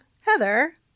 Heather